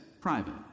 private